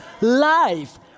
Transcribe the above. life